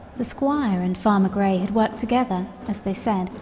the squire and farmer grey had worked together, as they said,